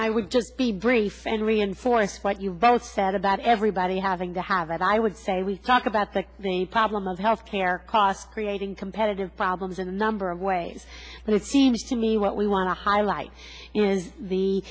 i would just be brief and reinforce what you both said about everybody having to have i would say we talk about the the problem of health care costs creating competitive problems in a number of ways but it seems to me what we want to highlight is the